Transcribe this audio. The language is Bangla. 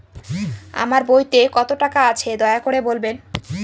আমার বইতে কত টাকা আছে দয়া করে বলবেন?